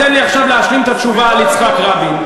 אתה תיתן לי עכשיו להשלים את התשובה על יצחק רבין.